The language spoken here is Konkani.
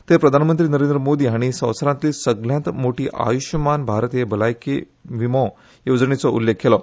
थंय प्रधानमंत्री नरेंद्र मोदी हाणी संवसारातली सगल्यात मोठी आयुषमान भारत हे भलायकी विमो येवजणेचो उल्लेख केलो